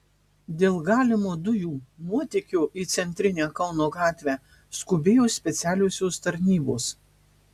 dėl galimo dujų nuotėkio į centrinę kauno gatvę skubėjo specialiosios tarnybos